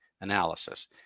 analysis